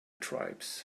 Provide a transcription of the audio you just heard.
tribes